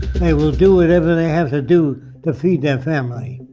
they will do whatever they have to do to feed their family.